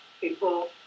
people